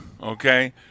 okay